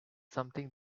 something